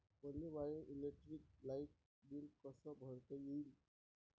मले my electric light bill कस भरता येईल?